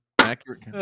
accurate